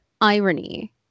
irony